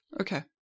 Okay